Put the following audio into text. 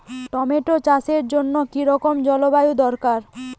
Tomato চাষের জন্য কি রকম জলবায়ু দরকার?